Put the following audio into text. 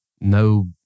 no